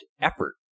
effort